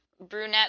brunette